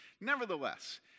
Nevertheless